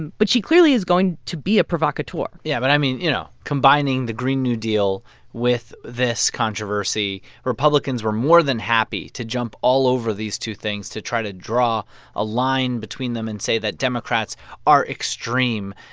and but she clearly is going to be a provocateur yeah. but, i mean, you know, combining the green new deal with this controversy republicans were more than happy to jump all over these two things to try to draw a line between them and say that democrats are extreme,